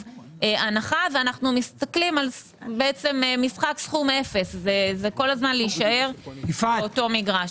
הנחה ואנו מסתכלים על משחק סכום 0. זה כל הזמן להישאר באותו מגרש.